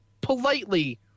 politely